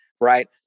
right